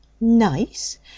Nice